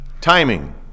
Timing